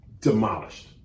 Demolished